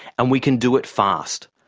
and we can do it fast,